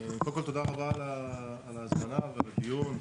קודם כל תודה רבה על ההזמנה ועל הדיון,